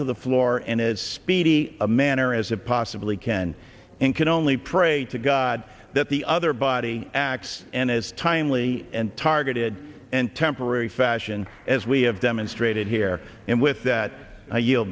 to the floor and as speedy a manner as it possibly can and can only pray to god that the other body acts and as timely and targeted and temporary fashion as we have demonstrated here and with that